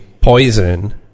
poison